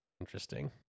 Interesting